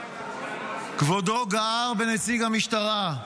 כבודו גער בנציג המשטרה,